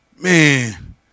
Man